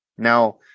Now